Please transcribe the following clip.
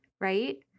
right